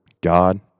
God